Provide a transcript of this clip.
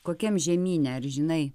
kokiam žemyne ar žinai